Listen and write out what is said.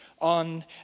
on